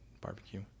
barbecue